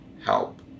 Help